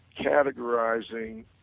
categorizing